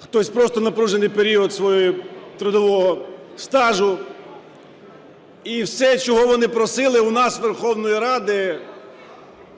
хтось просто напружений період свого трудового стажу. І все чого вони просили у нас, Верховної Ради,